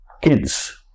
kids